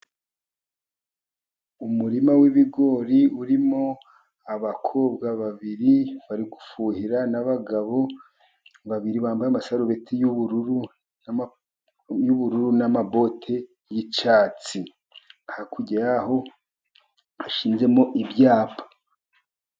Umurima w'bigori urimo abakobwa babiri bari gufuhira, n'abagabo babiri bambaye amasarubeti y'ubururu n'amaboti y'icyatsi, hakurya y'aho hashinzemo ibyapa.